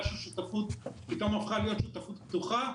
שהשותפות פתאום הפכה להיות שותפות פתוחה?